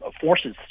forces